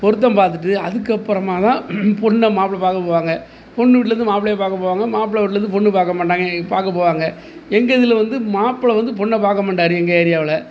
பொருத்தம் பார்த்துட்டு அதுக்கப்புறமா தான் பொண்ணை மாப்பிள பார்க்க போவாங்க பொண்ணு வீட்லேருந்து மாப்பிளைய பார்க்க போவாங்க மாப்பிள வீட்லேருந்து பொண்ணு பார்க்க மாட்டாங்க பார்க்க போவாங்க எங்கள் இதில் வந்து மாப்பிள வந்து பொண்ணை பார்க்க மாட்டார் எங்கள் ஏரியாவில்